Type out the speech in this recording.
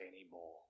anymore